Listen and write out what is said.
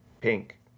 Pink